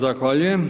Zahvaljujem.